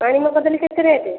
ମାଣି ମଗଦଲି କେତେ ରେଟ